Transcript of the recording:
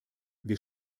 wir